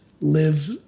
live